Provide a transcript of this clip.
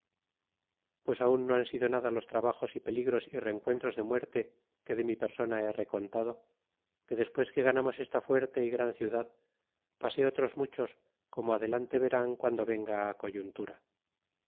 pues aun no han sido nada los trabajos y peligros y rencuentros de muerte que de mi persona he recontado que despues que ganamos esta fuerte y gran ciudad pasé otros muchos como adelante verán guando venga coyuntura